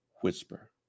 whisper